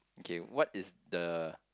okay what is the